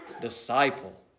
disciple